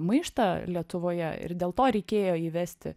maištą lietuvoje ir dėl to reikėjo įvesti